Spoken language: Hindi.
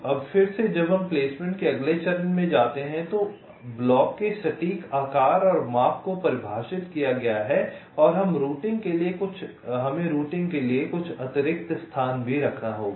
अब फिर से जब हम प्लेसमेंट के अगले चरण में जाते हैं तो अब ब्लॉक के सटीक आकार और माप को परिभाषित किया गया है और हमें रूटिंग के लिए कुछ अतिरिक्त स्थान भी रखना होगा